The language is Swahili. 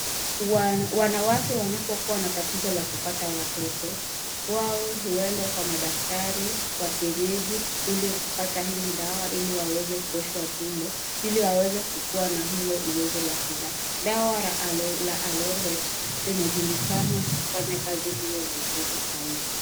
Wanawake wanapokuwa na tatizo la kupata watoto, wao huenda kwa madaktari wa kienyeji ili kupata hili dawa ili waweze kuoshwa tumbo, ili waweze kukuwa na hilo uwezo la kuzaa. Dawa la Alorwet linajulikana kufanya kazi hiyo vizuri sana.